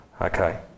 Okay